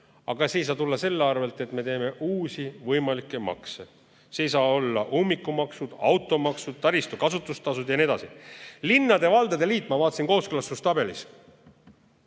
Aga see ei saa tulla selle arvel, et me kehtestame uusi võimalikke makse. Need ei saa olla ummikumaksud, automaksud, taristu kasutustasud jne. Linnade ja valdade liit, ma vaatasin kooskõlastustabelist,